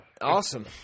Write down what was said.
Awesome